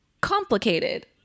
complicated